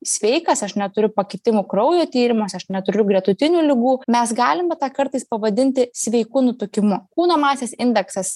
sveikas aš neturiu pakitimų kraujo tyrimuose aš neturiu gretutinių ligų mes galime tą kartais pavadinti sveiku nutukimu kūno masės indeksas